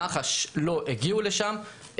מח"ש לא הגיעו לשם.